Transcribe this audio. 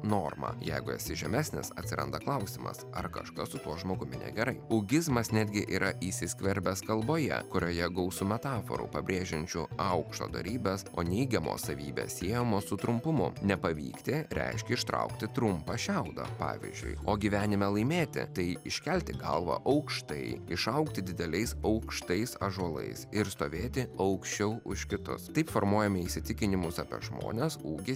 norma jeigu esi žemesnis atsiranda klausimas ar kažkas su tuo žmogumi negerai ūgizmas netgi yra įsiskverbęs kalboje kurioje gausu metaforų pabrėžiančių aukštoą dorybes o neigiamos savybės siejamos su trumpumu nepavykti reiškia ištraukti trumpą šiaudą pavyzdžiui o gyvenime laimėti tai iškelti galvą aukštai išaugti dideliais aukštais ąžuolais ir stovėti aukščiau už kitus taip formuojame įsitikinimus apie žmones ūgį